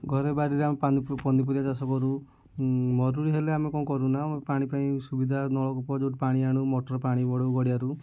ଘରେ ବାଡ଼ିରେ ଆମେ ପନିପରିବା ଚାଷ କରୁ ମରୁଡ଼ି ହେଲେ ଆମେ କଣ କରୁନା ପାଣି ପାଇଁ ସୁବିଧା ନଳକୂପ ଯେଉଁଠି ପାଣି ଆଣୁ ମଟର ପାଣି ମଡ଼ାଉ ଗାଡ଼ିଆରୁ